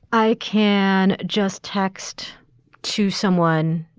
i can just text to someone.